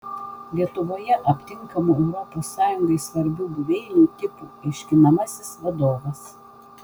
lietuvoje aptinkamų europos sąjungai svarbių buveinių tipų aiškinamasis vadovas